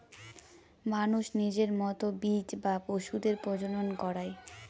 মানুষ নিজের মতো বীজ বা পশুদের প্রজনন করায়